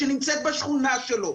שנמצאת בשכונה שלו,